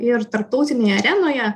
ir tarptautinėje arenoje